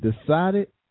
decided